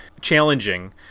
challenging